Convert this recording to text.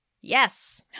yes